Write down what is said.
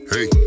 Hey